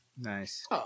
Nice